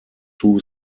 two